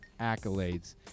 accolades